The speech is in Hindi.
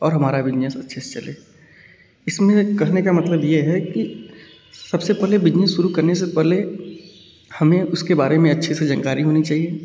और हमारा बिजनेस अच्छे से चले इसमें कहने का मतलब ये है कि सब से पहले बिजनेस शुरु करने से पहले हमें उसके बारे में अच्छे से जानकारी होनी चाहिए